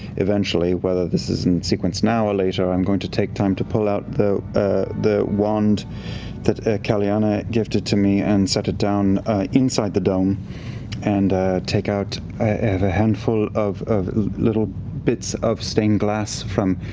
eventually, whether this is in sequence now or later, i'm going to take time to pull out the the wand that calianna gifted to me and set it down inside the dome and take out. i have a handful of of little bits of stained glass from